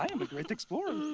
i am a great explorer. well,